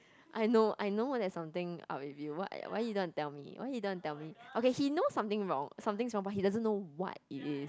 I know I know there's something up with you what why you don't want to tell me why you don't want to tell me okay he knows something wrong something's wrong but he doesn't know what it is